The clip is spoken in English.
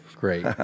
Great